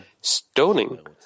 Stoning